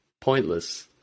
pointless